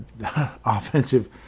offensive